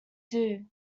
due